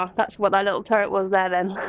um that's what that little turret was there then.